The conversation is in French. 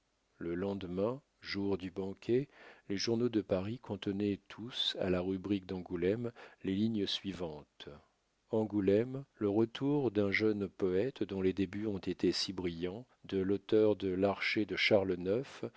le lendemain jour du banquet les journaux de paris contenaient tous à la rubrique d'angoulême les lignes suivantes angoulême le retour d'un jeune poète dont les débuts ont été si brillants de l'auteur de l'archer de charles ix